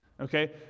okay